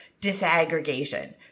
disaggregation